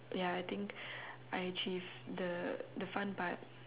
ya I think I achieve the the fun part